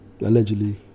Allegedly